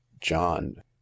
JOHN